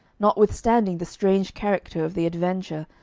notwithstanding the strange character of the adventure,